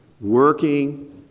working